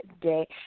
today